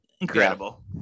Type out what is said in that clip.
Incredible